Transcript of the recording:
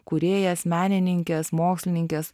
kūrėjas menininkės mokslininkės